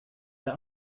jag